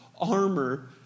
armor